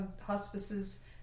hospices